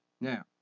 Now